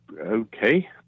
okay